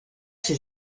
ses